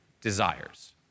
desires